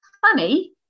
funny